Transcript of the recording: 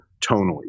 tonally